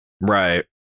right